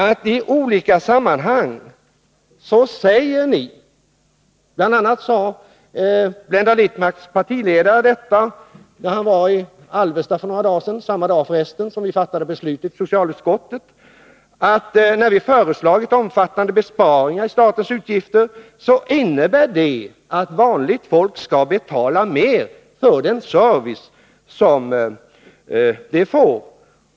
När vi i olika sammanhang föreslagit omfattande besparingar i statens utgifter säger ni — bl.a. sade Blenda Littmarcks partiledare det när han var i Alvesta för några dagar sedan, närmare bestämt samma dag som vi fattade beslut i socialutskottet — att det innebär att vanligt folk skall betala mer för den service som de får.